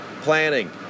planning